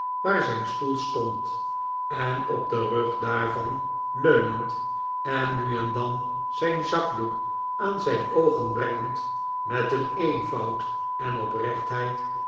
waar zijn stoel stondj en op den rug daarvan leunend en nu en dan zijnzakdoek aan zijn oogen brengend met een eenvoud en oprechiheid